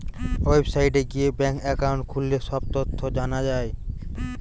ওয়েবসাইটে গিয়ে bank account খুললে সব তথ্য জানা যায়